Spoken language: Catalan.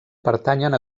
pertanyen